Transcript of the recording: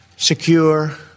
secure